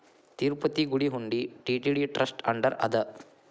ತಿರುಪತಿ ಗುಡಿ ಹುಂಡಿ TTD trust under ಅದ